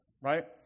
right